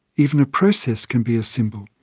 even a process can be a symbol.